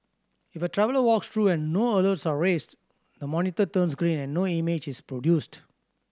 if a traveller walks through and no alerts are raised the monitor turns green and no image is produced